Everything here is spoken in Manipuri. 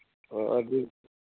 ꯑꯣ ꯑꯗꯨ